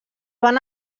van